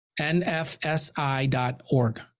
nfsi.org